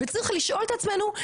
וצריך לשאול את עצמנו,